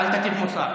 אל תטיף מוסר,